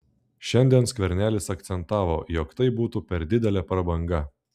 šiandien skvernelis akcentavo jog tai būtų per didelė prabanga